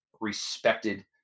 respected